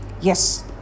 Yes